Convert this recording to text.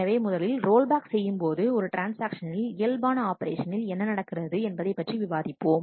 எனவே முதலில் roll back செய்யும்போது ஒரு ட்ரான்ஸ்ஆக்ஷனில் இயல்பான ஆபரேஷனில் என்ன நடக்கிறது என்பதைப் பற்றி விவாதிப்போம்